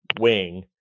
wing